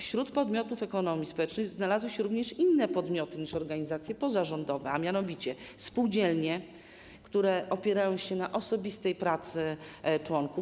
Wśród podmiotów ekonomii społecznej znalazły się również inne podmioty niż organizacje pozarządowe, a mianowicie spółdzielnie, które opierają się na osobistej pracy członków.